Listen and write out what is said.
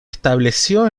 estableció